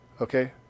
Okay